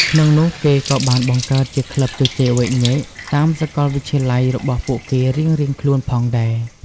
ក្នុងនោះ គេក៏បានបង្កើតជាក្លឹបជជែកវែកញែកតាមសកលវិទ្យាល័យរបស់ពួកគេរៀងៗខ្លួនផងដែរ។